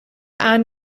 aan